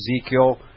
Ezekiel